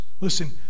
Listen